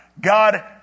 God